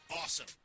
awesome